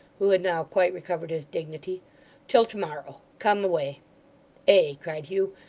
who had now quite recovered his dignity till to-morrow. come away ay! cried hugh.